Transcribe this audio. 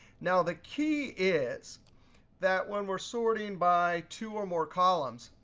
now the key is that when we're sorting by two or more columns,